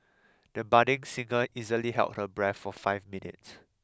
the budding singer easily held her breath for five minutes